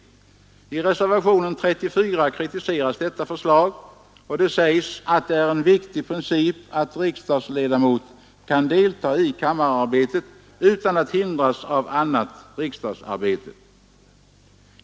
I reservationen 34 kritiseras detta förslag. Där sägs att det är en viktig princip att riksdagsledamot kan delta i kammararbetet utan att hindras av annat riksdagsarbete.